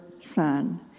son